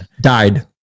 Died